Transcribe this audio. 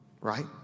right